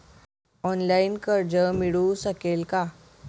Online कर्ज मिळू शकेल का?